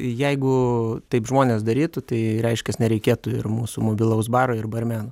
jeigu taip žmonės darytų tai reiškias nereikėtų ir mūsų mobilaus baro ir barmeno